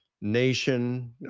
nation